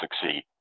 succeed